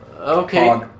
okay